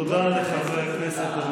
תודה לחבר הכנסת.